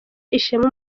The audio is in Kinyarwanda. ishema